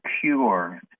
cure